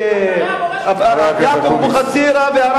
אתרי המורשת, חבר הכנסת אקוניס.